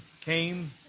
came